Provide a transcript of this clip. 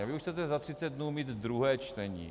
Vy už chcete za 30 dnů mít druhé čtení.